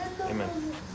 amen